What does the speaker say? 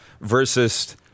versus